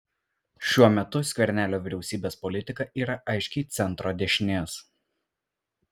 šiuo metu skvernelio vyriausybės politika yra aiškiai centro dešinės